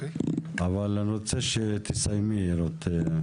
אבל אני רוצה שתסיימו רות.